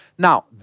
Now